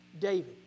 David